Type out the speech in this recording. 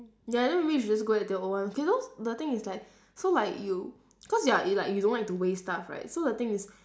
ya then maybe you should just go use the old one okay so the thing is like so like you cause you are you like you don't like to waste stuff right so the thing is